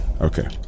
Okay